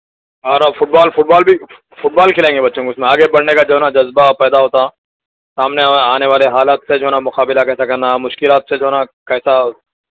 اور football football بھی football کِھلائیں گے بچوں کو اِس میں آگے بڑھنے کا جو ہے نا جذبہ پیدا ہوتا سامنے آنے والے حالات کا جو ہے نا مقابلہ کیسے کرنا مشکلات سے جو ہے نا کیسا